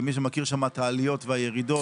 ומי שמכיר שם את העליות והירידות,